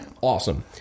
Awesome